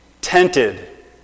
tented